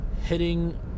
hitting